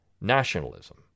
nationalism